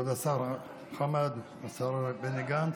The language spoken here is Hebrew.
כבוד השר חמד, השר בני גנץ,